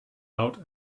out